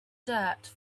dirt